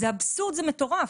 זה אבסורד, זה מטורף.